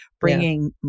bringing